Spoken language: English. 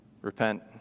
repent